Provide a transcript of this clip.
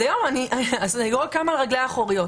אז אני לא קמה על רגליי האחוריות,